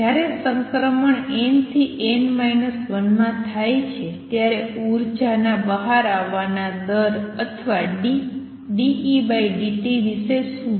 જ્યારે transition n થી n 1 માં થાય છે ત્યારે ઉર્જાના બહાર આવવાના દર અથવા dEdt વિશે શું